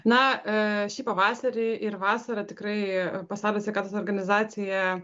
na šį pavasarį ir vasarą tikrai pasaulio sveikatos organizacija